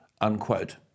unquote